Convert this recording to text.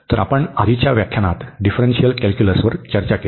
तर आपण आधीच्या व्याख्यानांत डिफ्रन्शीयल कॅलक्युलसवर चर्चा केली